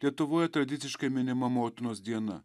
lietuvoje tradiciškai minima motinos diena